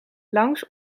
langs